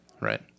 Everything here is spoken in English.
Right